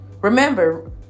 remember